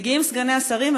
מגיעים סגני שרים,